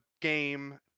game